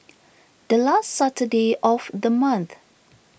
the last Saturday of the month